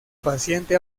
paciente